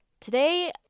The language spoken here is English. Today